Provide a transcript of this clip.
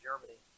Germany